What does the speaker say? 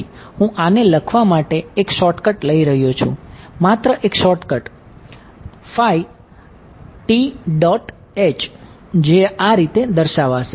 તેથી હું આને લખવા માટે એક શોર્ટકટ લઈ રહ્યો છું માત્ર એક શોર્ટકટ જે આ રીતે દર્શાવાશે